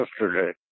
yesterday